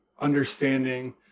understanding